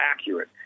accurate